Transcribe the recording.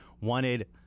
wanted